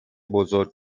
بزرگ